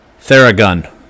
Theragun